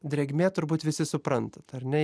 drėgmė turbūt visi suprantat ar ne